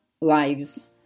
lives